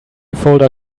folder